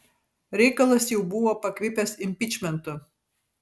reikalas jau buvo pakvipęs impičmentu